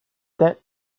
that